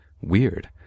weird